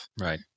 Right